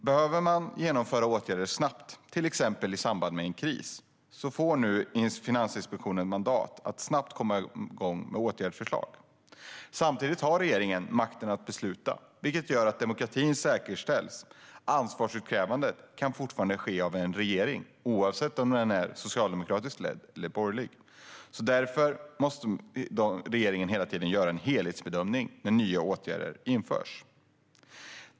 Behöver man genomföra åtgärder snabbt, till exempel i samband med en kris, får nu Finansinspektionen mandat att snabbt komma med åtgärdsförslag. Samtidigt har regeringen makten att besluta, vilket gör att demokratin säkerställs. Ansvaret kan fortfarande utkrävas av en regering, oavsett om den är socialdemokratiskt eller borgerligt ledd. Regeringen måste därför hela tiden göra en helhetsbedömning när nya åtgärder införs.